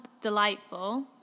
delightful